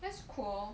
that's cool